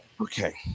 Okay